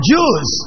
Jews